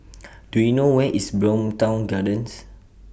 Do YOU know Where IS Bowmont Gardens